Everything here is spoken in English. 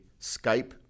Skype